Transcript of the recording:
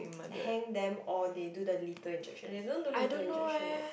hang them or they do the lethal injection they don't do lethal injection right